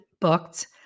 booked